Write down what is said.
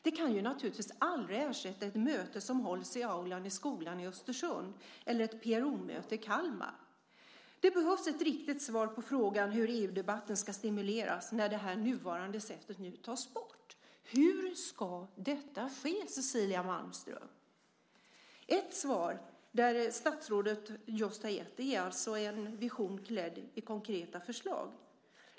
Det kan naturligtvis aldrig ersätta ett möte som hålls i aulan i skolan i Östersund eller ett PRO-möte i Kalmar. Det behövs ett riktigt svar på frågan hur EU-debatten ska stimuleras när det nuvarande sättet nu tas bort. Hur ska detta ske, Cecilia Malmström? Ett svar som statsrådet just har gett är en vision klädd i konkreta förslag.